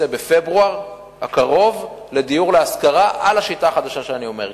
בפברואר הקרוב יצא המכרז הראשון לדיור להשכרה בשיטה החדשה שאני אומר,